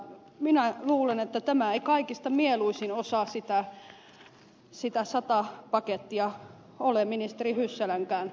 minä luulen että tämä ei kaikista mieluisin osa sitä sata pakettia ole ministeri hyssälänkään kannalta